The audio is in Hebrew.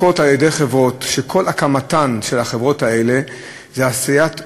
והן מועסקות על-ידי חברות שכל הקמתן זה עשיית עושר,